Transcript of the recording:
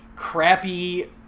crappy